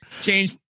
change